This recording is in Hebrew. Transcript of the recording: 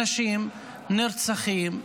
אנשים נרצחים.